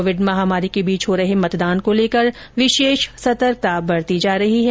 Covid महामारी के बीच हो रहे मतदान को लेकर विशेष सतर्कता बरती जा रही है